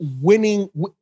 winning